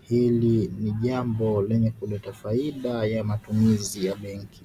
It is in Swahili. hili ni jambo lenye kuleta faida ya matumizi ya benki.